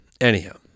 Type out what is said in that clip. anyhow